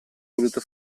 voluto